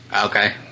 Okay